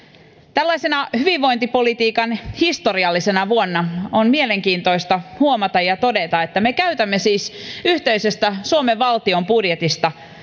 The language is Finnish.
tällaisena hyvinvointipolitiikan historiallisena vuonna on mielenkiintoista huomata ja todeta että me käytämme siis yhteisestä suomen valtion budjetista valtion talousarviosta